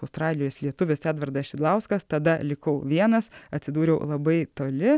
australijos lietuvis edvardas šidlauskas tada likau vienas atsidūriau labai toli